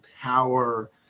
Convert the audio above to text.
power